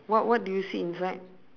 what what do you see inside